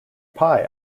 pie